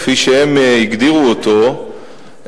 כפי שהם הגדירו אותו,